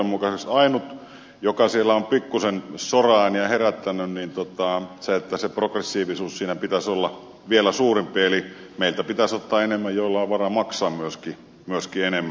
ainut joka siellä on pikkuisen soraääniä herättänyt on se että sen progressiivisuuden siinä pitäisi olla vielä suurempi eli meiltä pitäisi ottaa enemmän joilla on varaa maksaa myöskin enemmän